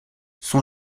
son